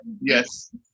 yes